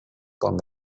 con